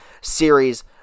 series